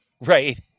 Right